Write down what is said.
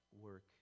work